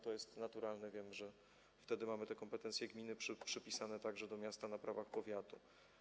To jest naturalne, wiemy, że wtedy mamy te kompetencje gminy przypisane także do miasta na prawach powiatu.